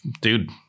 Dude